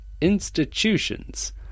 institutions